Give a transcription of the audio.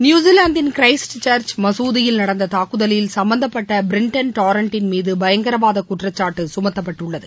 நியுசிலாந்தின் Christchurch மசூதியில் நடந்த தாக்குதலில் சுப்பந்தப்பட்ட பிரிண்டன் டாரன்ட்டின் மீது பயங்கரவாத குற்றச்சாட்டு சுமத்தப்பட்டுள்ளது